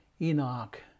Enoch